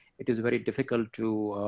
it is very difficult to